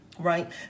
Right